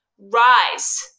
rise